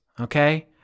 okay